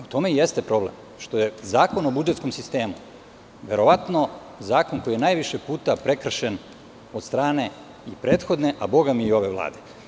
U tome i jeste problem, što je Zakon o budžetskom sistemu verovatno zakon koji je najviše puta prekršen od strane i prethodne, a bogami i ove vlade.